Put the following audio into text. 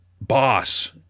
boss